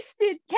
wasted